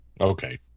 Okay